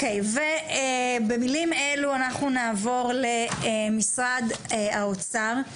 במלים אלו אנחנו נעבור למשרד האוצר,